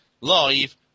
live